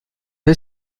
les